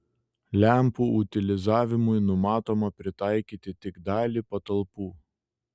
lempų utilizavimui numatoma pritaikyti tik dalį patalpų